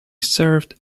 served